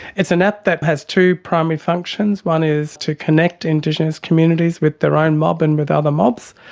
it's an app that has two primary functions, one is to connect indigenous communities with their own mob and with other mobs,